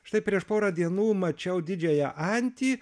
štai prieš porą dienų mačiau didžiąją antį